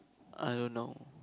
I don't know